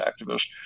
activists